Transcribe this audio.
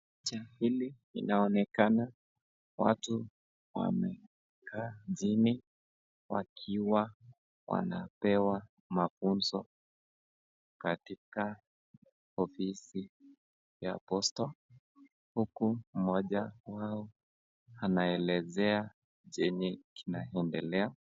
Picha hili inaonekana watu wamekaa chini wakiwa wanapewa mafunzo katika ofisi ya posta, huku moja ambao anaelezea kenye inaendelea.